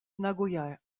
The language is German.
nagoya